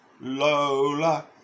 Lola